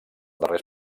darrers